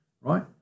right